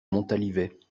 montalivet